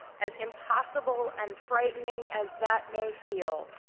as impossible and frightening as that may feel.